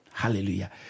Hallelujah